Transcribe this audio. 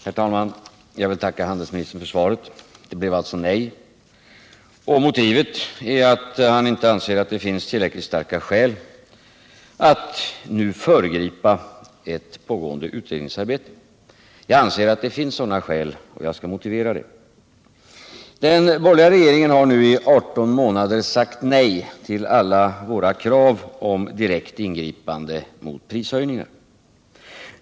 Herr talman! Jag vill tacka handelsministern för svaret. Det blev alltså nej. Motivet är att han inte anser att det finns tillräckligt starka skäl att nu föregripa ett pågående utredningsarbete. Jag anser att det finns sådana skäl, och jag skall motivera det. Den borgerliga regeringen har nu i 18 månader sagt nej till alla våra krav på direkt ingripande mot prishöjningar.